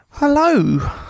Hello